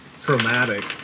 traumatic